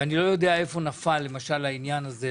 ואני לא יודע איפה נפל למשל העניין הזה,